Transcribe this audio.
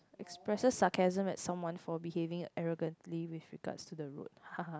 expressing sarcasm at someone for behaving arrogantly with regards to the road haha